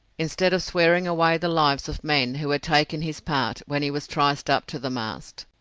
instead of swearing away the lives of men who had taken his part when he was triced up to the mast.